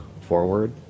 forward